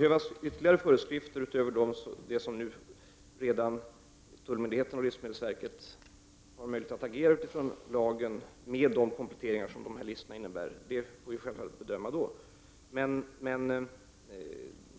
Herr talman! Tullmyndigheten och livsmedelsverket har redan möjlighet att reagera utifrån lagen. Om det kommer att behövas ytterligare föreskrifter när vi har fått dessa listor, får vi självfallet bedöma då.